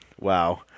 Wow